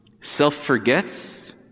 self-forgets